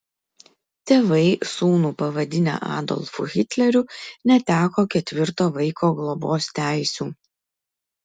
tėvai sūnų pavadinę adolfu hitleriu neteko ketvirto vaiko globos teisių